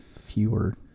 fewer